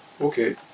Okay